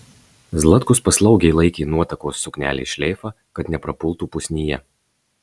zlatkus paslaugiai laikė nuotakos suknelės šleifą kad neprapultų pusnyje